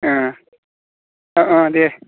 अ अ दे